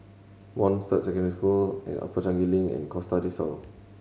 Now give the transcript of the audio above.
Montfort Secondary School Upper Changi Link and Costa Del Sol